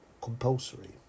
compulsory